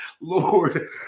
Lord